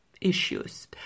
issues